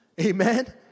Amen